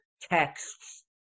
texts